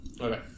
Okay